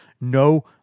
No